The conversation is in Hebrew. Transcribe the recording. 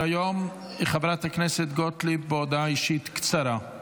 ביומטריים ונתוני זיהוי ביומטריים במסמכי זיהוי